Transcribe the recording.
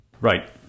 Right